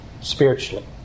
spiritually